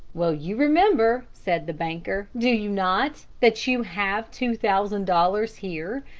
well, you remember, said the banker, do you not, that you have two thousand dollars here,